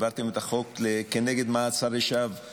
העברתם את החוק כנגד מעצרי שווא